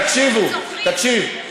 במחילה מכם, תקשיבו, תקשיב.